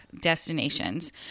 destinations